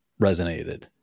resonated